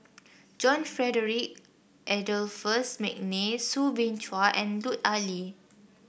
John Frederick Adolphus McNair Soo Bin Chua and Lut Ali